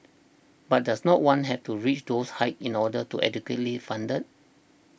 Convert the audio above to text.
but does no one have to reach those heights in order to be adequately funded